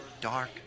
dark